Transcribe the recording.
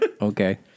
Okay